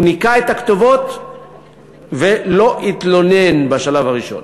הוא ניקה את הכתובות ולא התלונן בשלב הראשון.